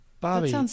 Bobby